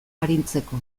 arintzeko